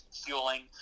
fueling